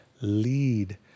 Lead